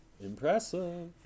Impressive